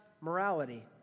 morality